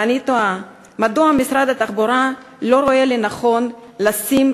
ואני תוהה: מדוע משרד התחבורה לא רואה לנכון לשים